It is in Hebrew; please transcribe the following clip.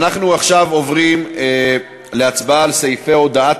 אנחנו עכשיו עוברים להצבעה על סעיפי הודעת